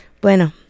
Bueno